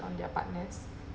on their partners